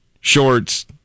shorts